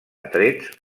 atrets